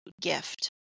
gift